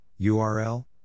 URL